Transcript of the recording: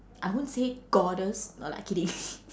I won't say goddess no lah kidding